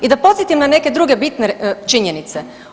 I da podsjetim na neke druge bitne činjenice.